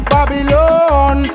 Babylon